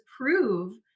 prove